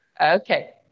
Okay